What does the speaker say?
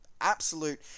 absolute